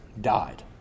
died